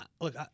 look